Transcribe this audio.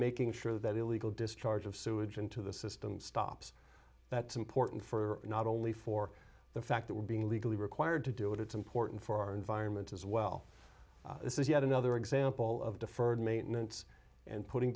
making sure that illegal discharge of sewage into the system stops that's important for not only for the fact that we're being legally required to do it it's important for our environment as well this is yet another example of deferred maintenance and putting